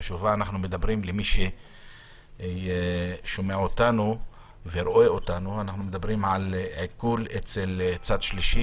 למי ששומע אותנו ורואה אותנו אנחנו מדברים על עיקול אצל צד שלישי,